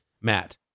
Matt